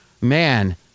man